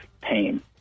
pain